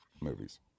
movies